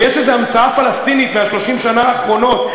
ויש איזו המצאה פלסטינית מ-30 השנה האחרונות,